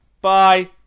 Bye